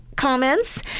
comments